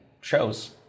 shows